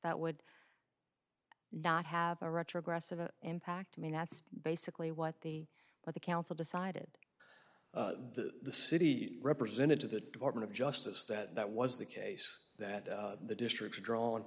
that would not have a retrogressive an impact i mean that's basically what they what the council decided the city represented to the department of justice that that was the case that the districts are drawn